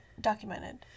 documented